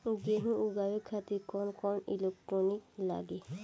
गेहूं उगावे खातिर कौन कौन इक्विप्मेंट्स लागी?